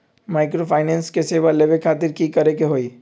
Microfinance के सेवा लेबे खातीर की करे के होई?